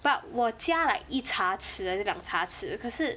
but 我加 like 一茶匙还是两茶匙可是